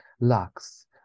Lux